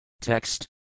Text